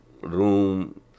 room